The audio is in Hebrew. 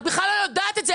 את בכלל לא יודעת את זה,